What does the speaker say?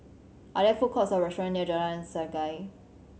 are there food courts or restaurant near Jalan Sungei